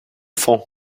fond